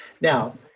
Now